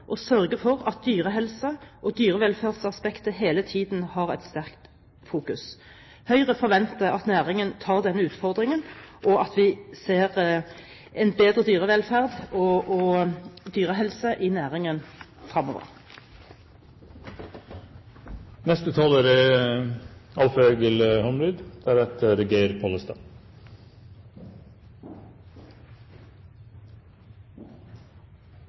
og sørge for at dyrehelse og dyrevelferdsaspektet hele tiden har et sterkt fokus. Høyre forventer at næringen tar denne utfordringen, og at vi ser en bedre dyrevelferd og dyrehelse i næringen fremover. Eg takkar interpellanten for å ta opp ei svært viktig sak. Det er